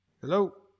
Hello